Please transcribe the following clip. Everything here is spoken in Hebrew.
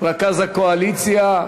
מרכז הקואליציה,